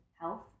health